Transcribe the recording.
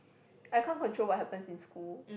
I can't control what happens in school